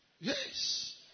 Yes